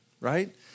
right